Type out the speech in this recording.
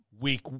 week